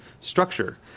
structure